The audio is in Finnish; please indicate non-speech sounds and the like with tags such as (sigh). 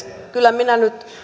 (unintelligible) kyllä minä nyt